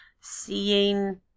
seeing-